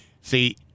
See